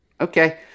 Okay